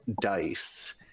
dice